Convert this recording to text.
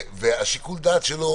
ושיקול הדעת שלו